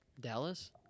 Dallas